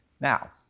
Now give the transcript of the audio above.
Now